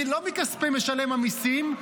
לא מכספי משלם המיסים.